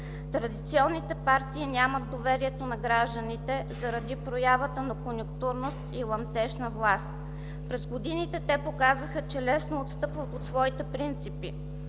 Традиционните партии нямат доверието на гражданите заради проявата на конюнктурност и ламтеж за власт. През годините те показаха, че лесно отстъпват от своите принципи,